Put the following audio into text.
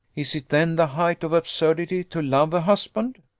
is it then the height of absurdity to love a husband?